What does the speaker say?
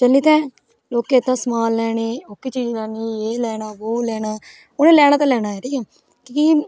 इसले इत्थे लोकें इत्थै सामन लेने गी चीज लेनी एह् लेनी बो लेना ओह् लेना ते लेना ऐ कि